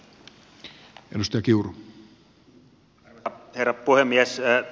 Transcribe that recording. arvoisa herra puhemies